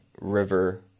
river